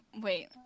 wait